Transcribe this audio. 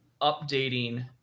updating